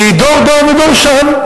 כי דור דור ודורשיו.